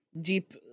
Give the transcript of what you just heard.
deep